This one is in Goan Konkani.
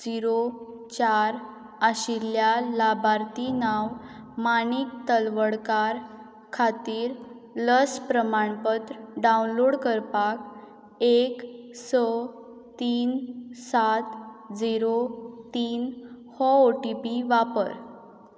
झिरो चार आशिल्ल्या लाभार्थी नांव माणीक तलवडकार खातीर लस प्रमाणपत्र डावनलोड करपाक एक सो तीन सात झिरो तीन हो ओ टी पी वापर